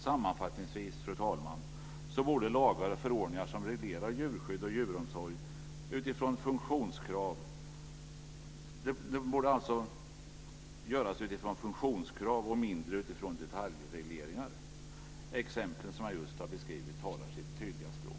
Sammanfattningsvis, fru talman, borde lagar och förordningar som reglerar djurskydd och djuromsorg utformas utifrån funktionskrav och mindre utifrån detaljregleringar. Exemplen som jag just har redovisat talar sitt tydliga språk.